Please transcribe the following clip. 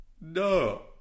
No